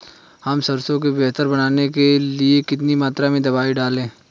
हम सरसों को बेहतर बनाने के लिए कितनी मात्रा में दवाई डालें?